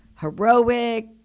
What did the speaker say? heroic